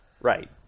Right